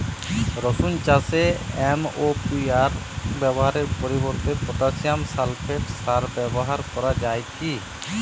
রসুন চাষে এম.ও.পি সার ব্যবহারের পরিবর্তে পটাসিয়াম সালফেট সার ব্যাবহার করা যায় কি?